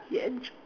yes